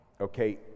Okay